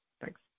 Thanks